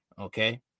Okay